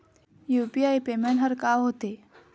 UPI payment हर का होते?